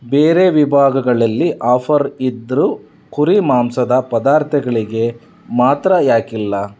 ಬೇರೆ ವಿಭಾಗಗಳಲ್ಲಿ ಆಫರ್ ಇದ್ದರೂ ಕುರಿಮಾಂಸದ ಪದಾರ್ಥಗಳಿಗೆ ಮಾತ್ರ ಏಕಿಲ್ಲ